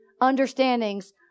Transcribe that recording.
understandings